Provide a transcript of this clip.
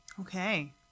Okay